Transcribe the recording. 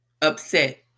upset